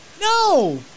No